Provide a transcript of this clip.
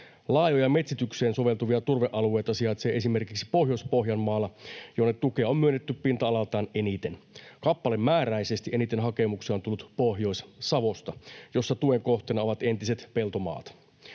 Laajoja metsitykseen soveltuvia turvealueita sijaitsee esimerkiksi Pohjois-Pohjanmaalla, jonne tukea on myönnetty pinta-alaltaan eniten. Kappalemääräisesti eniten hakemuksia on tullut Pohjois-Savosta, jossa tuen kohteena ovat entiset peltomaat.